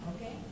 Okay